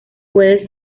puedes